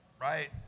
right